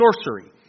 sorcery